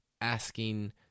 asking